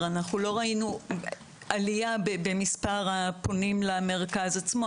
לא ראינו עלייה במספר הפונים למרכז עצמו.